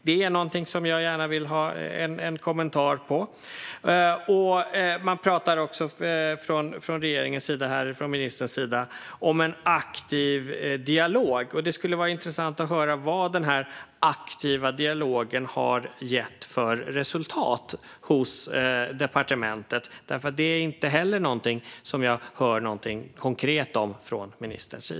Det är någonting som jag gärna vill ha en kommentar till. Ministern talar om en aktiv dialog. Det skulle vara intressant att höra vad denna aktiva dialog har gett för resultat på departementet. Det är inte heller något som jag hör någonting konkret om från ministerns sida.